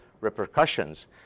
repercussions